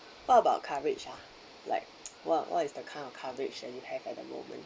what about coverage ah like what what is the kind of coverage that you have at the moment